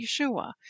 Yeshua